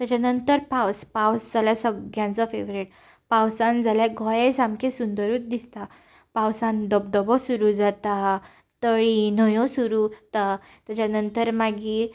तेच्या नंतर पावस पावस जाल्यार सगळ्यांचो फेवरेट पावसांत जाल्यार गोंय सामकें सुंदरूच दिसता पावसांत धबधबो सुरू जाता तळीं न्हंयो सुरू जाता तेच्या नंतर मागीर